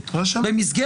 אני קורא אותו לסדר,